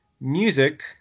music